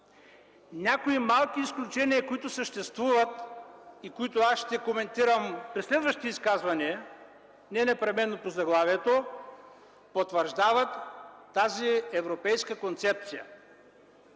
Някои малки изключения, които съществуват и които аз ще коментирам при следващите си изказвания, не непременно по заглавието, потвърждават тази европейска концепция.